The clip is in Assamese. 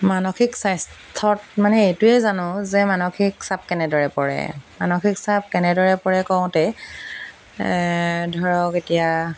মানসিক স্বাস্থ্যত মানে এইটোৱেই জানো যে মানসিক চাপ কেনেদৰে পৰে মানসিক চাপ কেনেদৰে পৰে কওঁতে ধৰক এতিয়া